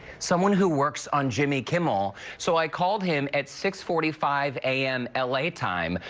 someone who works on jimmy kimmel. so i called him at six forty five a m. l a. time,